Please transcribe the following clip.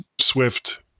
Swift